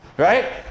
Right